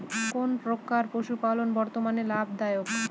কোন প্রকার পশুপালন বর্তমান লাভ দায়ক?